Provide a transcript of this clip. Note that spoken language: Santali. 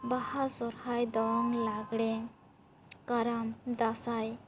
ᱵᱟᱦᱟ ᱥᱚᱦᱨᱟᱭ ᱫᱚᱝ ᱞᱟᱸᱜᱽᱲᱮ ᱠᱟᱨᱟᱢ ᱫᱟᱸᱥᱟᱭ